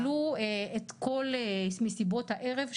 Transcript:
הם ביטלו את כל מסיבות הערב,